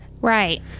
right